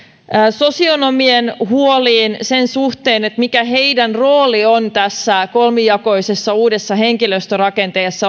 sosionomien huoliin sen suhteen mikä heidän roolinsa on tässä kolmijakoisessa uudessa henkilöstörakenteessa